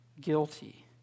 guilty